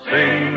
Sing